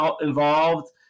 involved